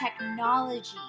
technology